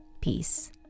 Peace